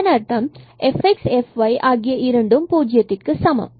இதன் அர்த்தம் fx and fy ஆகிய இரண்டும் பூஜ்ஜியத்திற்க்கு சமம்